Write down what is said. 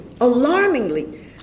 alarmingly